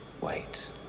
Wait